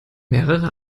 mehrere